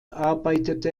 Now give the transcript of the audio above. arbeitete